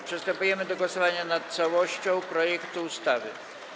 Przystępujemy do głosowania nad całością projektu ustawy.